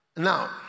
Now